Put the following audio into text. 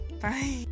Bye